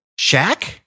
Shaq